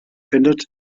findet